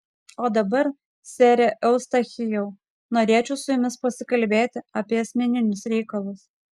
o dabar sere eustachijau norėčiau su jumis pasikalbėti apie asmeninius reikalus